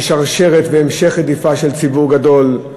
כשרשרת והמשך רדיפה של ציבור גדול,